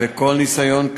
וכל ניסיון,